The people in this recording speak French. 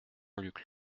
luc